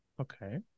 Okay